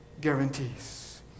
guarantees